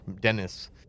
Dennis